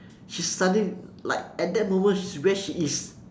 she studied like at that moment where she is